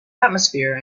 atmosphere